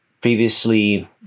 previously